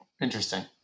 Interesting